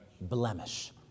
blemish